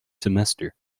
semester